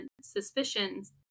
suspicions